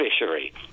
fishery